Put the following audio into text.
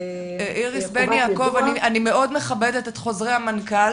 איריס בן יעקב, אני מאוד מכבדת את חוזרי המנכ"ל